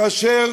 כאשר